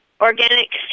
organic